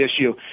issue